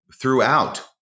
throughout